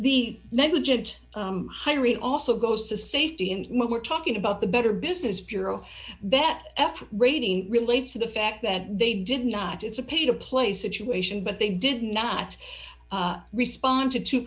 the negligent hiring also goes to safety and we're talking about the better business bureau that f rating relates to the fact that they did not it's a pay to play situation but they did not respond to two